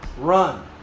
Run